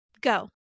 Go